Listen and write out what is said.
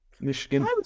Michigan